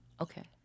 okay